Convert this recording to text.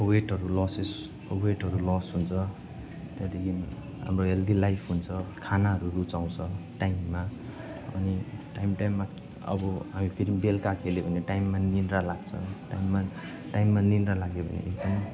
वेटहरू लसेस वेटहरू लस हुन्छ त्यहाँदेखि हाम्रो हेल्दी लाइफ हुन्छ खानाहरू रुचाउँछ टाइममा अनि टाइम टाइममा अब हामी फेरि बेलुका खेल्यो भने टाइममा निन्द्रा लाग्छ टाइममा टाइममा निन्द्रा लाग्यो भने एकदम